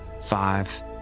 five